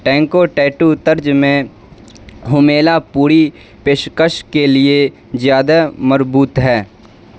ٹینکوٹیٹو طرز میں ہمیلا پوری پیشکش کے لیے زیادہ مربوط ہے